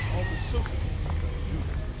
all the socialists of judah.